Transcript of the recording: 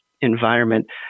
environment